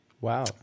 Wow